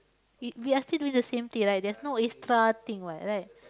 we we are still doing the same thing right there's no extra thing what right